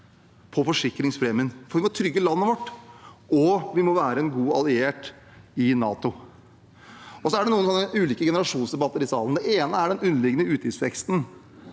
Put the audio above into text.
til forsikringspremien, for vi må trygge landet vårt, og vi må være en god alliert i NATO. Noen ganger er det ulike generasjonsdebatter i salen. Det ene er om den underliggende utgiftsveksten.